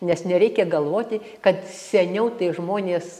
nes nereikia galvoti kad seniau tai žmonės